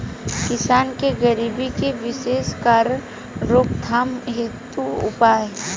किसान के गरीबी के विशेष कारण रोकथाम हेतु उपाय?